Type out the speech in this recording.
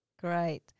great